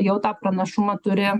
jau tą pranašumą turi